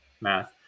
math